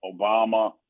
Obama